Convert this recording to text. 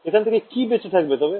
এখান থেকে কি বেচে থাকবে তবে